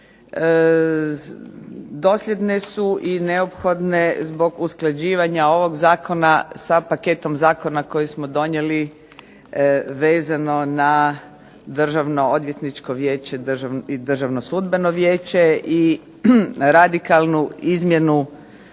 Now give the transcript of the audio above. dosljedne su i neophodne zbog usklađivanja ovog zakona sa paketom zakona koji smo donijeli vezano na Državno odvjetničko vijeće i Državno sudbeno vijeća i radikalnu izmjenu